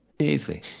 easily